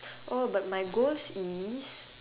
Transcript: oh but my goals is